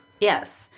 Yes